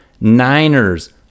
Niners